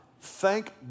thank